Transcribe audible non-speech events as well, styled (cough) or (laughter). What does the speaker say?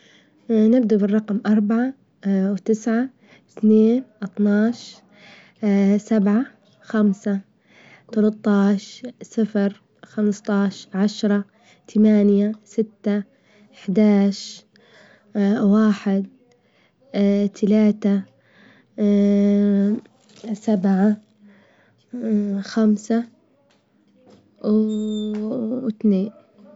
(hesitation) نبدأ بالرقم أربعة (hesitation) وتسعة، اثنين، اطناعش (hesitation) سبعة، خمسة، تلاطاعش، صفر، خمسطاعش، عشرة، تمانية، ستة، إحداعش، (hesitation) واحد (hesitation) تلاتة، سبعة، خمسة، و (hesitation) اثنين. (noise)